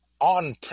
On